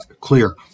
clear